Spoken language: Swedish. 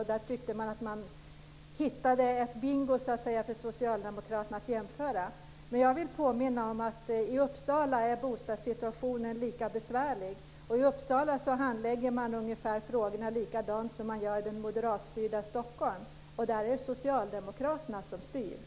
En jämförelse däremellan skulle vara bingo för socialdemokraterna. Jag vill påminna om att bostadssituationen är lika besvärlig i Uppsala, där socialdemokraterna styr, och att man där handlägger frågorna ungefär likadant som i det moderatstyrda Stockholm.